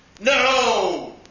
No